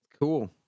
Cool